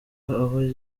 aho